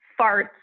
farts